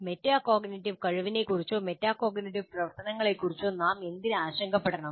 metacognitive കഴിവിനെക്കുറിച്ചോ metacognitive പ്രവർത്തനങ്ങളെക്കുറിച്ചോ നാം എന്തിന് ആശങ്കപ്പെടണം